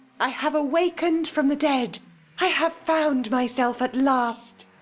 i have awakened from the dead i have found myself at last!